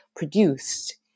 Produced